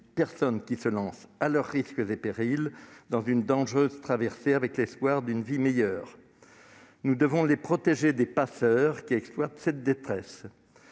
personnes qui se lancent, à leurs risques et périls, dans une dangereuse traversée, avec l'espoir d'une vie meilleure. Nous devons les protéger des passeurs, qui exploitent cette détresse.